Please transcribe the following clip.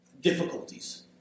difficulties